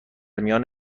میان